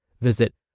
Visit